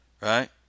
Right